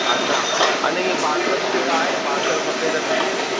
अच्छा अनी पार्सल सेवा आहे पार्सल खपे त मिली वेंदी